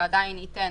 ועדיין ייתן,